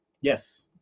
Yes